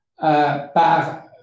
par